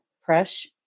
fresh